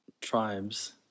Tribes